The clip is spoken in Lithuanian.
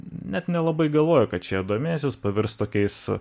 net nelabai galvoja kad šie du mėnesius pavirs tokiais